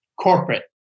corporate